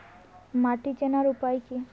মাটি চেনার উপায় কি?